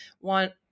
want